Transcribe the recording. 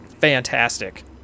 fantastic